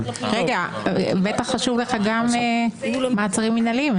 רגע, בטח חשוב לך גם מעצרים מנהליים.